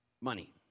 money